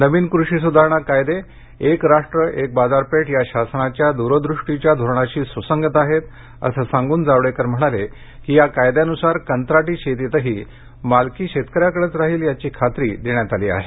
नवीन कृषी सुधारणा कायदे एक राष्ट्र एक बाजारपेठ या शासनाच्या द्रदृष्टीच्या धोरणांशी सुसंगत आहेत असं सांगून जावडेकर म्हणाले की या कायद्यानुसार कंत्राटी शेतीतही मालकी शेतकऱ्याकडेच राहिल याची खात्री देण्यात आली आहे